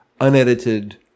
unedited